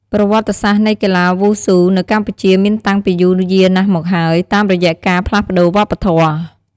ប្រវត្តិសាស្រ្តនៃកីឡាវ៉ូស៊ូនៅកម្ពុជាមានតាំងពីយូរយារណាស់មកហើយ តាមរយៈការផ្លាស់ប្ដូរវប្បធម៌។